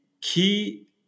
key